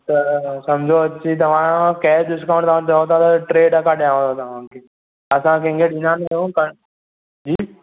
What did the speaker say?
त समुझो तव्हांजो कैश डिस्काउंट तव्हां चयो था त टे टका ॾियांव त तव्हांखे असां कंहिंखे ॾींदा न आहियूं पर जी